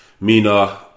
Mina